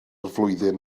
flwyddyn